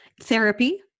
Therapy